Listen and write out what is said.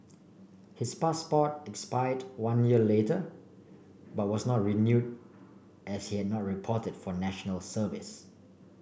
his passport expired one year later but was not renewed as he had not reported for National Service